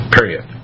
Period